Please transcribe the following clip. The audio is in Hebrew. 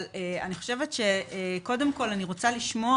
אבל קודם כל אני רוצה לשמוע,